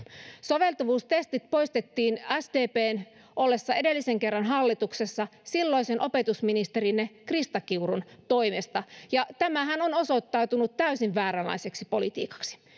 soveltuvuustestit poistettiin sdpn ollessa edellisen kerran hallituksessa silloisen opetusministerinne krista kiurun toimesta ja tämähän on osoittautunut täysin vääränlaiseksi politiikaksi